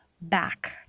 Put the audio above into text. back